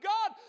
God